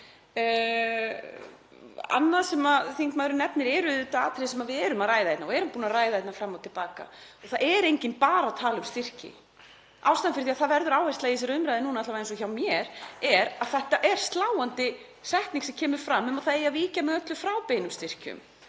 Annað sem þingmaðurinn nefnir er auðvitað atriði sem við erum að ræða hérna og erum búin að ræða fram og til baka. Það er enginn bara að tala um styrki. Ástæðan fyrir því að það verður áhersla á það í þessari umræðu núna, alla vega hjá mér, er að þetta er sláandi setning sem kemur fram um að það eigi að víkja með öllu frá beinum styrkjum.